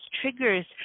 triggers